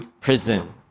prison